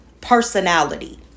personality